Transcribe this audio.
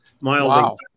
mildly